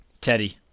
Teddy